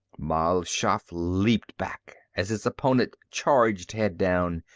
mal shaff leaped back as his opponent charged head down,